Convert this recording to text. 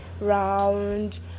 round